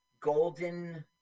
Golden